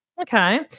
Okay